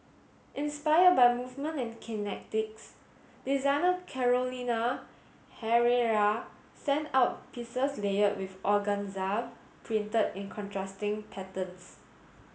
inspired by movement and kinetics designer Carolina Herrera sent out pieces layered with organza print in contrasting patterns